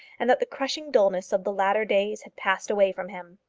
and that the crushing dullness of the latter days had passed away from him.